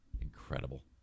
incredible